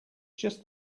just